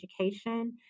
education